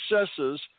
successes